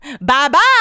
bye-bye